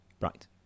Right